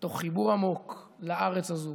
מתוך חיבור עמוק לארץ הזאת,